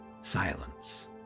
silence